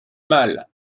mal